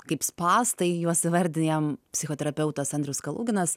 kaip spąstai juos įvardijam psichoterapeutas andrius kaluginas